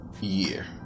year